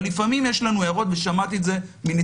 אבל לפעמים יש לנו הערות -ושמעתי את זה מנציגי